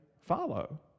follow